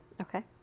Okay